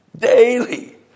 daily